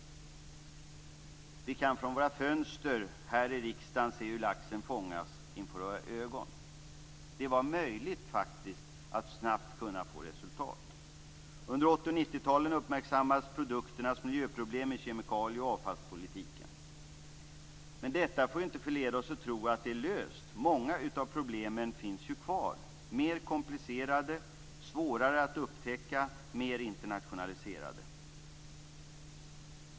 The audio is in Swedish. Vi kan från våra fönster här i riksdagen se hur laxen fångas inför våra ögon. Det var faktiskt möjligt att snabbt få resultat. Under 80 och 90-talen uppmärksammade man i politiken de miljöproblem som produkternas kemikalier och avfall orsakar. Men detta får inte förleda oss att tro att problemen är lösta. Många av dem finns kvar - mer komplicerade, svårare att upptäcka och mer internationaliserade.